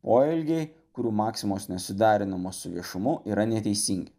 poelgiai kurių maksimos nesuderinamos su viešumu yra neteisingi